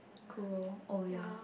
cruel oh ya